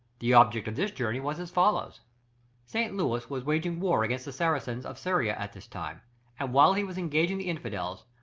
the object of this journey was as follows st. louis was waging war against the saracens of syria at this time, and while he was engaging the infidels,